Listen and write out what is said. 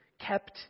Kept